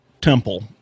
temple